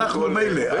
אנחנו מילא,